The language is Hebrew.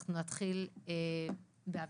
אנחנו נתחיל באביטל,